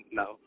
no